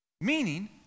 Meaning